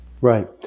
Right